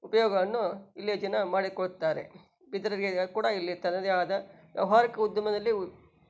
ಉಪಯೋಗವನ್ನು ಇಲ್ಲಿಯ ಜನ ಮಾಡಿಕೊಳ್ತಾರೆ ಬಿದಿರಿಗೆ ಕೂಡ ಇಲ್ಲಿ ತನ್ನದೇ ಆದ ವ್ಯವಹಾರಿಕ ಉದ್ಯಮದಲ್ಲಿ